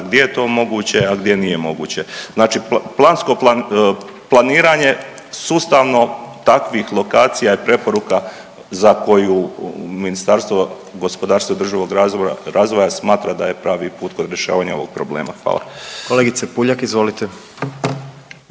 gdje je to moguće, a gdje nije moguće. Znači plansko planiranje sustavno takvih lokacija je preporuka za koju Ministarstvo gospodarstva i održivog razvoja smatra da je pravi put kod rješavanja ovog problema, hvala. **Jandroković,